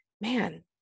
man